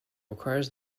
requires